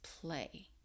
play